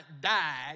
died